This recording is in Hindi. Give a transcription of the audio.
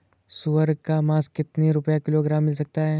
सुअर का मांस कितनी रुपय किलोग्राम मिल सकता है?